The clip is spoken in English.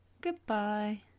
Goodbye